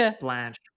Blanche